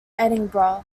edinburgh